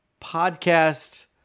Podcast